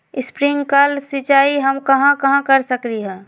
Sprinkle सिंचाई हम कहाँ कहाँ कर सकली ह?